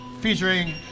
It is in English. featuring